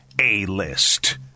A-list